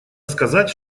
сказать